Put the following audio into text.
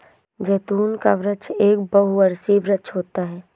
जैतून का वृक्ष एक बहुवर्षीय वृक्ष होता है